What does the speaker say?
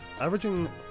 averaging